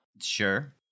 Sure